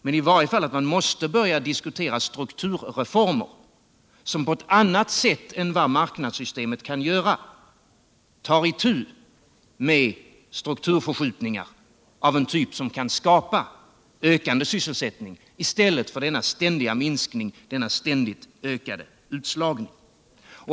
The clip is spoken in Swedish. men i varje fall att man måste börja diskutera strukturreformer som på ett annat sätt än vad marknadssystemet kan tar itu med strukturförskjutningar av en typ som kan skapa ökande sysselsättning i stället för denna ständiga minskning. denna ständigt ökande utslagning.